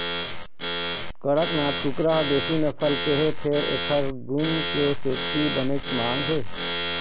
कड़कनाथ कुकरा ह देशी नसल के हे फेर एखर गुन के सेती बनेच मांग हे